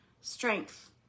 strength